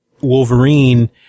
Wolverine